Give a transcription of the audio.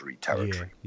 territory